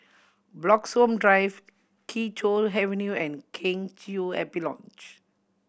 Bloxhome Drive Kee Choe Avenue and Kheng Chiu Happy Lodge